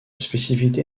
spécificité